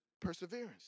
perseverance